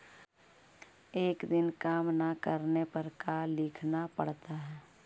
एक दिन काम न करने पर का लिखना पड़ता है?